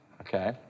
Okay